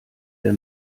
der